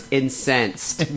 incensed